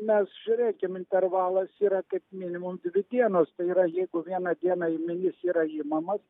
mes žiūrėkim intervalas yra kaip minimum dvi dienos tai yra jeigu vieną dieną ėminys yra imamas